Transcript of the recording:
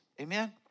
Amen